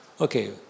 okay